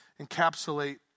encapsulate